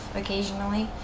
occasionally